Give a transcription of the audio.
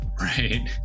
right